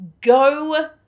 go